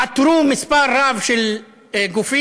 עתרו מספר רב של גופים,